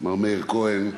מר מאיר כהן,